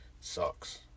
Sucks